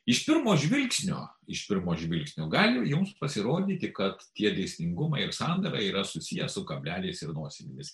iš pirmo žvilgsnio iš pirmo žvilgsnio gali jums pasirodyti kad tie dėsningumai ir sandara yra susiję su kableliais ir nosinėmis